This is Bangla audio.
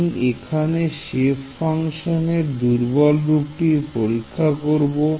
আমি এখানে শেপ ফাংশন এর দুর্বল রুপটির পরীক্ষা করব